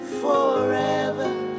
forever